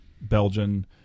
Belgian